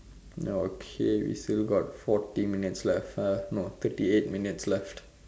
now okay we still got forty minutes left uh no thirty eight minutes left